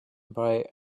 bite